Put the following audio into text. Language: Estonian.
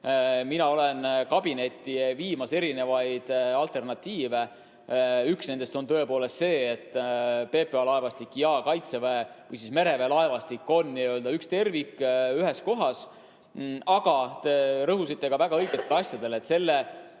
Mina olen kabinetti viimas erinevaid alternatiive. Üks nendest on tõepoolest see, et PPA laevastik ja kaitseväe või mereväe laevastik on üks tervik ühes kohas. Aga te rõhusite ka väga õigetele asjadele. Selle